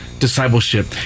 Discipleship